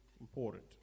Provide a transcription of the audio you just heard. important